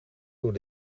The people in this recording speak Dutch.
door